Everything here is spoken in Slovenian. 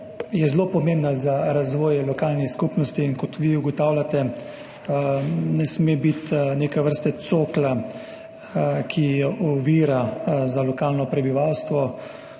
je zelo pomembna za razvoj lokalnih skupnosti, in kot vi ugotavljate, ne sme biti neke vrste cokla, ki je ovira za lokalno prebivalstvo,